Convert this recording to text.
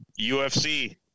UFC